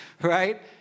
right